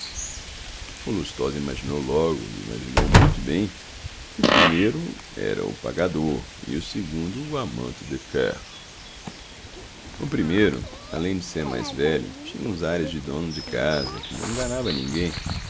lustosa imaginou logo e imaginou muito bem que o primeiro era o pagador e o segundo o amant de coeur o primeiro além de ser mais velho tinha uns ares de dono de casa que não enganava a ninguém